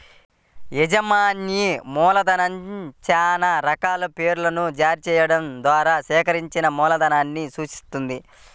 యాజమాన్య మూలధనం చానా రకాల షేర్లను జారీ చెయ్యడం ద్వారా సేకరించిన మూలధనాన్ని సూచిత్తది